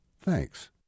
Thanks